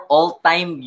All-time